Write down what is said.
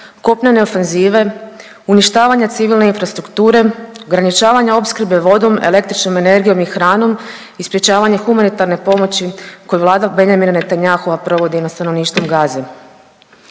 kopnene ofenzive, uništavanje civilne infrastrukture, ograničavanje opskrbe vodom, električnom energijom i hranom i sprječavanje humanitarne pomoći koju vlada Benjamina Netanyahua provodi nad stanovništvom Gaze.